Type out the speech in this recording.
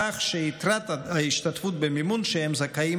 כך שיתרת ההשתתפות במימון שהם זכאים